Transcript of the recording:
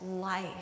life